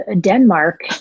Denmark